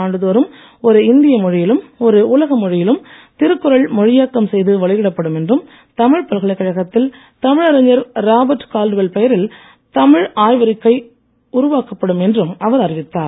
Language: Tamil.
ஆண்டுதோறும் ஒரு இந்திய மொழியிலும் ஒரு உலக மொழியிலும் திருக்குறள் மொழியாக்கம் செய்து வெளியிடப்படும் என்றும் தமிழ் பல்கலைக்கழகத்தில் தமிழ் அறிஞர் ராபர்ட் கால்டுவெல் பெயரில் தமிழ் ஆய்விருக்கை உருவாக்கப்படும் என்றும் அவர் அறிவித்தார்